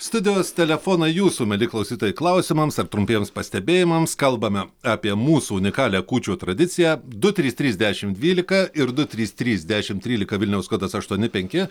studijos telefonai jūsų mieli klausytojai klausimams ar trumpiems pastebėjimams kalbame apie mūsų unikalią kūčių tradiciją du trys trys dešim dvylika ir du trys trys dešim trylika vilniaus kodas aštuoni penki